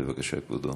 בבקשה, כבודו.